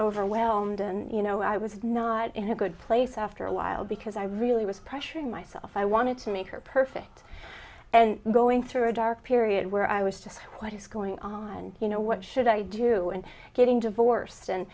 overwhelmed and you know i was not in a good place after a while because i really was pressuring myself i wanted to make her perfect and going through a dark period where i was just what is going on and you know what should i do and getting divorced and